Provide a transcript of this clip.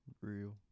Real